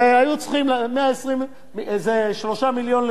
זה 3 מיליון לשנה, על עשר שנים, 30 מיליון,